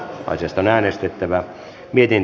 arvoisa herra puhemies